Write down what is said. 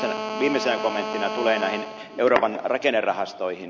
viimeisenä kommenttina näihin euroopan rakennerahastoihin